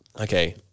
Okay